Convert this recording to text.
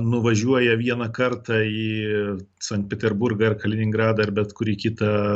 nuvažiuoja vieną kartą į sankt peterburgą ar kaliningradą ar bet kurį kitą